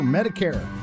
Medicare